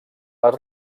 les